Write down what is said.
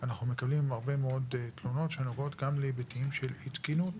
אנחנו מקבלים הרבה מאוד תלונות שנוגעות גם להיבטים של אי תקינות,